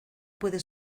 puede